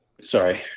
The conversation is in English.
sorry